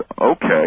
okay